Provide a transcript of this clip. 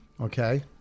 Okay